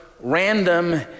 random